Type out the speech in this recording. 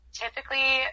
typically